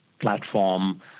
platform